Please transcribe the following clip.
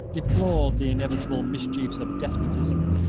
deplored the inevitable mischiefs of despotism,